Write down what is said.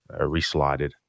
reslotted